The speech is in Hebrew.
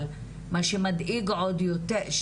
אבל מה שמדאיג עוד יותר,